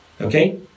Okay